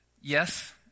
Yes